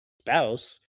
spouse